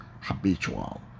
habitual